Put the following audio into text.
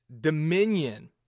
dominion